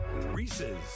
Reese's